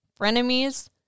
frenemies